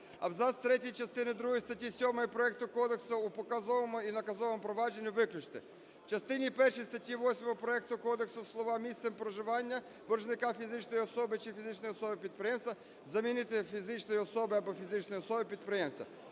Абзац третій частини другої статті 7 проекту кодексу "у показовому і наказовому провадженні" виключити. В частині першій статті 8 проекту кодексу слова "місцем проживання боржника - фізичної особи чи фізичної особи-підприємця" замінити "фізичної особи або фізичної особи-підприємця".